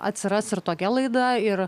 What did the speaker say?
atsiras ir tokia laida ir